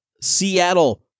Seattle